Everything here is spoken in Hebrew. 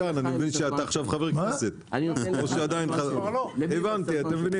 רק 40% מעלות המים